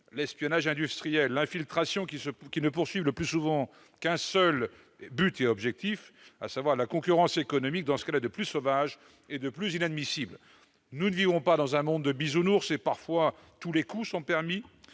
l'espionnage industriel et de l'infiltration ne répondant le plus souvent qu'à un seul objectif : la concurrence économique dans ce qu'elle a de plus sauvage et de plus inadmissible. Nous ne vivons pas dans un monde de Bisounours ; parfois, tous les coups sont permis.